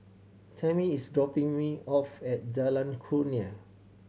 tammy is dropping me off at Jalan Kurnia